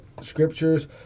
scriptures